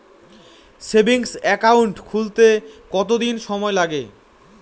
Savings account খুলতে কতদিন সময় লাগে?